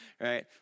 right